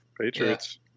Patriots